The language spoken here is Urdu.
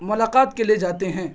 ملاقات کے لیے جاتے ہیں